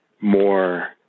more